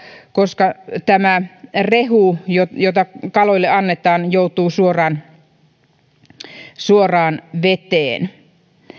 koska rehu jota kaloille annetaan joutuu suoraan suoraan veteen